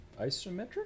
isometric